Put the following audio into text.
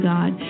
God